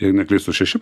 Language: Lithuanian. jei neklystu šeši